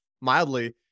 mildly